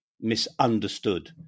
misunderstood